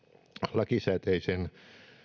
lakisääteisen